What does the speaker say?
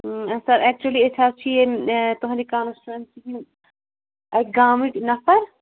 سَر اٮ۪کچُلی أسۍ حظ چھِ ییٚتہِ تُہُنٛدِ کانَسچُوٮ۪نسی ہِنٛدۍ اَکہِ گامٕکۍ نفر